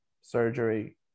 surgery